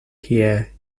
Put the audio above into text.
here